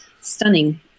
stunning